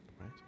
right